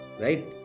Right